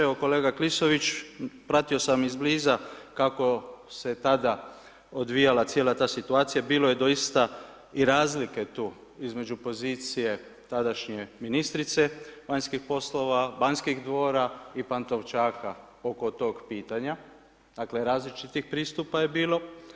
Evo kolega Klisović, pratio sam izbliza kako se tada odvijala cijela ta situacija, bilo je doista i razlike tu između pozicije tadašnje ministrice vanjskih poslova, Banskih dvora i Pantovčaka oko tog pitanje, dakle različitih pristupa je bilo.